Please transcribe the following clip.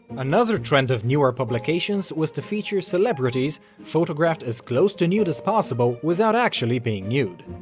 another trend of newer publications was to feature celebrities, photographed as close to nude as possible without actually being nude.